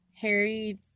Harry